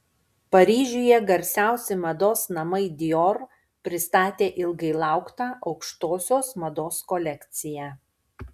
paryžiuje garsiausi mados namai dior pristatė ilgai lauktą aukštosios mados kolekciją